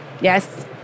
Yes